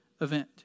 event